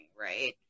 right